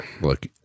look